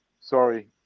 Sorry